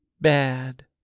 bad